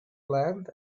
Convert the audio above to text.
land